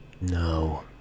no